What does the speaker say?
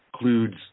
includes